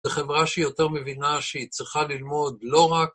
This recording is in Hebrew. זו חברה שהיא יותר מבינה שהיא צריכה ללמוד לא רק...